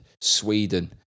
Sweden